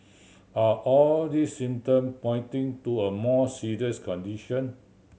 are all these symptom pointing to a more serious condition